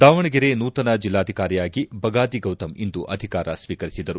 ದಾವಣಗೆರೆ ನೂತನ ಜಿಲ್ಲಾಧಿಕಾರಿಯಾಗಿ ಬಗಾದಿ ಗೌತಮ್ ಇಂದು ಅಧಿಕಾರ ಸ್ವೀಕರಿಸಿದರು